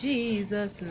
Jesus